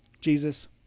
Jesus